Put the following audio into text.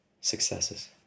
successes